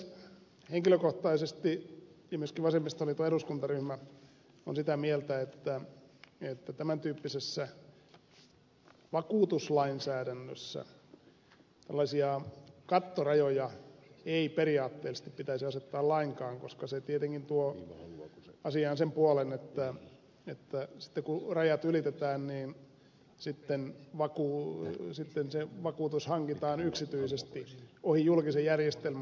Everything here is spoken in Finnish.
henkilökohtaisesti olen ja myöskin vasemmistoliiton eduskuntaryhmä on sitä mieltä että tämän tyyppisessä vakuutuslainsäädännössä tällaisia kattorajoja ei periaatteellisesti pitäisi asettaa lainkaan koska se tietenkin tuo asiaan sen puolen että sitten kun rajat ylitetään se vakuutus hankitaan yksityisesti ohi julkisen järjestelmän